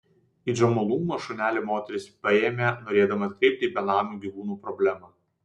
į džomolungmą šunelį moteris paėmė norėdama atkreipti į benamių gyvūnų problemą